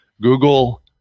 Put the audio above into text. Google –